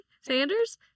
Sanders